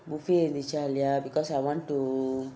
buffet இருந்துச்சா இல்லையா:irunthuccha illaiya because I want to